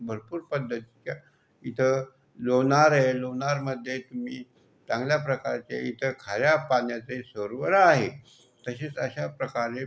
भरपूर पद्धतीच्या इथं लोणार आहे लोणारमध्ये मी चांगल्या प्रकारचे इथं खाऱ्या पाण्याचे सरोवर आहे तसेच अशा प्रकारे